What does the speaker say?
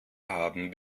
haben